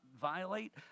violate